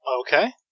Okay